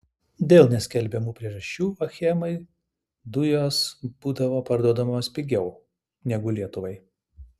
dėl neskelbiamų priežasčių achemai dujos būdavo parduodamos pigiau negu lietuvai